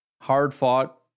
hard-fought